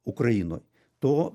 ukrainoj to